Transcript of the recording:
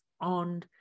on